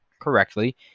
correctly